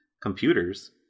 computers